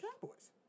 Cowboys